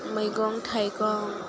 मैगं थाइगं